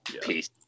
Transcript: Peace